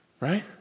Right